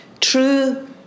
True